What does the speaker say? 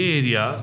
area